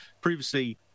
previously